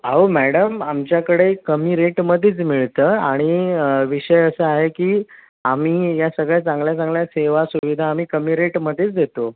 अहो मॅडम आमच्याकडे कमी रेटमध्येच मिळतं आणि विषय असा आहे की आम्ही या सगळ्या चांगल्या चांगल्या सेवा सुविधा आम्ही कमी रेटमध्येच देतो